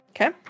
Okay